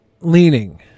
leaning